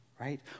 right